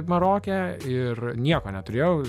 maroke ir nieko neturėjau